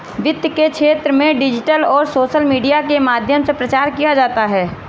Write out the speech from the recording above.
वित्त के क्षेत्र में डिजिटल और सोशल मीडिया के माध्यम से प्रचार किया जाता है